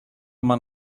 man